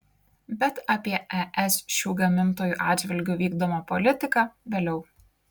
bet apie es šių gamintojų atžvilgiu vykdomą politiką vėliau